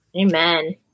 Amen